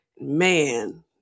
Man